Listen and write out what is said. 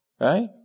right